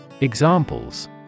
Examples